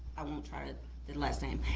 i won't try the last name,